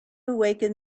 awaken